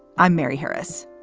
i'm mary harris.